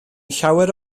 llawer